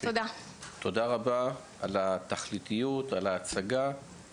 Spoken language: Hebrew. תודה רבה על התכליתיות, על ההצגה.